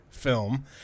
film